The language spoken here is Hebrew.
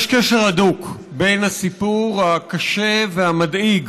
יש קשר הדוק בין הסיפור הקשה והמדאיג